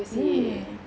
mm